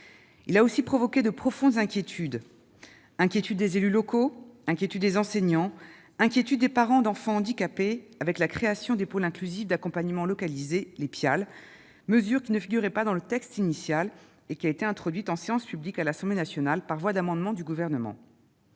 Il a aussi provoqué de profondes inquiétudes, chez les élus locaux, les enseignants et les parents d'enfants handicapés, en raison de la création des pôles inclusifs d'accompagnement localisés, les PIAL. Cette mesure, qui ne figurait pas dans le texte initial, a été introduite en séance publique à l'Assemblée nationale par un amendement du Gouvernement.